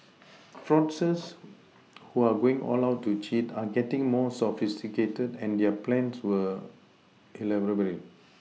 fraudsters who are going all out to cheat are getting more sophisticated and their plans were elaborate